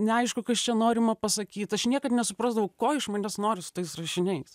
neaišku kas čia norima pasakyt aš niekad nesuprasdavau ko iš manęs nori su tais rašiniais